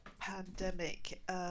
pandemic